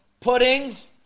puddings